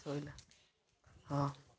ଶୋଇଲା ହଁ